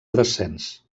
descens